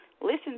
listen